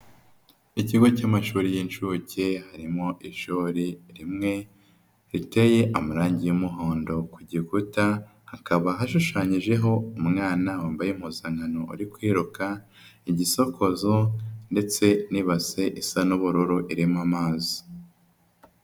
Ikigo cy'amashuri y'inshuke, harimo ishuri rimwe, riteye amarangi y'umuhondo ku gikuta, hakaba hashushanyijeho umwana wambaye impuzankano uri kwiruka, igisokozo ndetse n'ibase isa n'ubururu iremo amazi.